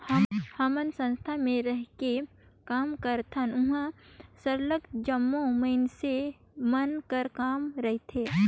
हमन संस्था में रहिके काम करथन उहाँ सरलग जम्मो मइनसे मन कर काम रहथे